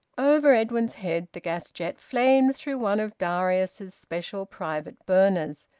over edwin's head the gas jet flamed through one of darius's special private burners,